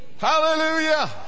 Hallelujah